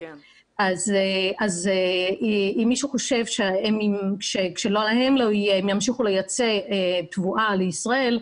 אז אם מישהו חושב שכשלהם לא יהיה הם ימשיכו לייצא תבואה לישראל,